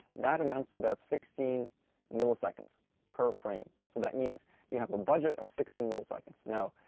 that amounts to about sixteen milliseconds per frame. so that means you have a budget of sixteen milliseconds. now,